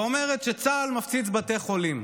ואומרת שצה"ל מפציץ בתי חולים.